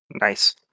Nice